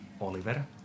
Oliver